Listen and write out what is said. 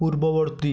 ପୂର୍ବବର୍ତ୍ତୀ